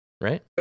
right